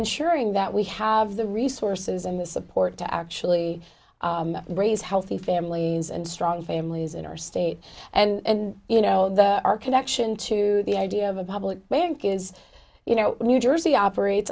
ensuring that we have the resources and the support to actually raise healthy families and strong families in our state and you know the our connection to the idea of a public bank is you know new jersey operates